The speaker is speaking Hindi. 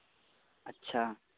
अच्छा